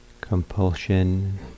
compulsion